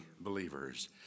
believers